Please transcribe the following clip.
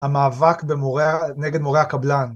המאבק נגד מורה הקבלן